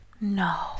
No